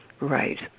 Right